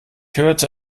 hörte